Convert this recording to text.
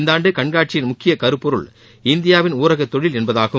இந்தாண்டு கண்காட்சியின் முக்கிய கருப்பொருள் இந்தியாவின் ஊரக தொழில் என்பதாகும்